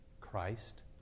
Christ